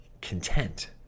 content